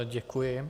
Děkuji.